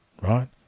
right